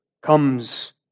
comes